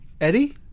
Eddie